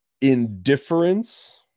indifference